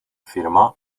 firma